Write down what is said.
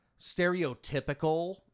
stereotypical